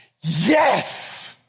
yes